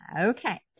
Okay